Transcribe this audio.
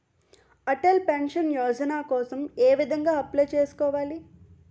Atal pension Yojana కోసం ఏ విధంగా అప్లయ్ చేసుకోవాలి?